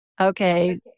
Okay